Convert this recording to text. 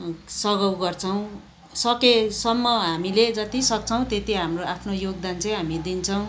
सघाउ गर्छौँ सकेसम्म हामीले जति सक्छौँ त्यति हाम्रो आफ्नो योगदान चाहिँ हामी दिन्छौँ